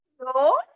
No